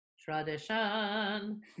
Tradition